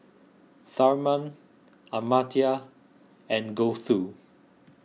Tharman Amartya and Gouthu